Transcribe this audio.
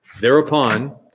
Thereupon